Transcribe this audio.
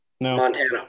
Montana